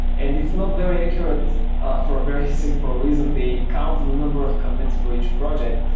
and it's not very accurate ah for a very simple reason. they count the number of commits for each project.